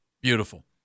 Beautiful